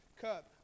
cup